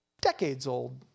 decades-old